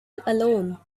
alone